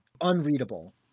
Unreadable